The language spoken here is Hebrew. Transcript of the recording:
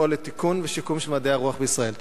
לפעול לתיקון ושיקום של מדעי הרוח בישראל.